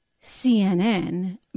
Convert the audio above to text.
CNN